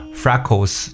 freckles